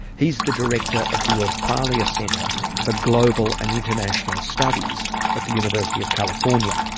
he's the director of the orfalea center for global and international studies at the university of california.